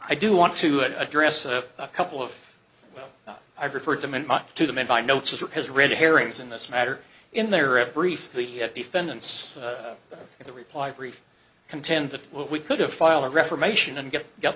i do want to address a couple of i've referred to them in by notes of his red herrings in this matter in there are a brief the defendants in the reply brief contend that we could have filed a reformation and get got